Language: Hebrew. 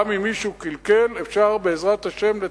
גם אם מישהו קלקל, אפשר בעזרת השם לתקן.